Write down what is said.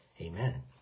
Amen